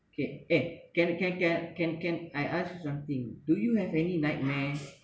okay eh can can can can can I ask you something do you have any nightmares